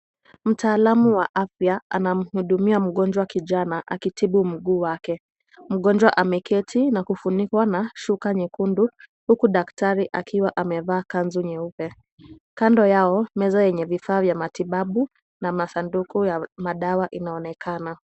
Mtaalamu wa afya anamhudumia mgonjwa kijana akitibu mguu wake, mgonjwa ameketi na kufunikwa na shuka nyekundu huku daktari akiwa amevaa kanzu nyeupe, kando yao meza yenye vifaa vya matibabu na masanduku ya madawa inaonekana.